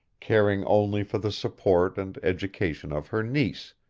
caring only for the support and education of her niece,